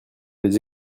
les